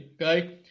okay